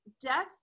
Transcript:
death